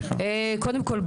קודם כל,